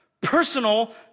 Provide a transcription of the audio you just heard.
personal